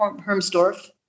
Hermsdorf